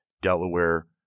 Delaware